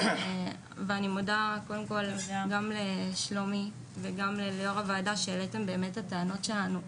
אני מודה גם לשלומי וגם ליושבת ראש הוועדה שהעלו את הטענות שלנו,